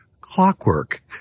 clockwork